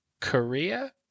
Korea